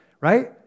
right